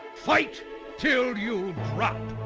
fight till you drop!